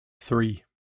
Three